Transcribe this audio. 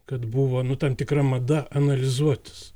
kad buvo nu tam tikra mada analizuotis